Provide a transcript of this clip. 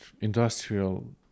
industrial